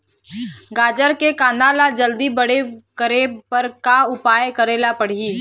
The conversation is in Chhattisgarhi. गाजर के कांदा ला जल्दी बड़े करे बर का उपाय करेला पढ़िही?